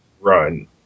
run